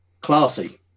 Classy